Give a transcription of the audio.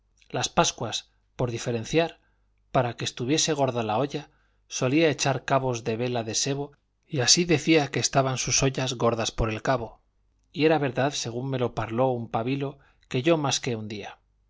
las pascuas por diferenciar para que estuviese gorda la olla solía echar cabos de vela de sebo y así decía que estaban sus ollas gordas por el cabo y era verdad según me lo parló un pabilo que yo masqué un día